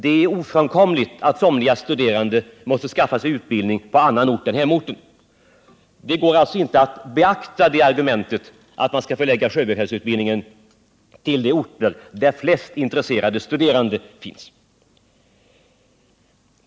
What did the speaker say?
Det är ofrånkomligt att somliga studerande måste skaffa sig utbildning på annan ort än hemorten. Det går alltså inte att beakta argumentet att man skall förlägga sjöbefälsutbildningen till de orter där flest intresserade studerande finns.